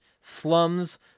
slums